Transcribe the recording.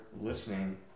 listening